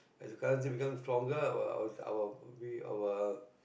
as the currency becoming stronger our our pr~ our